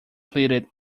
pleaded